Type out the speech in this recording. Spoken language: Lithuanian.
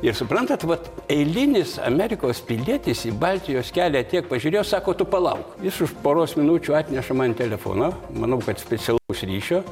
ir suprantat vat eilinis amerikos pilietis į baltijos kelią tiek pažiūrėjo sako tu palauk jis už poros minučių atneša man telefoną manau kad specialaus ryšio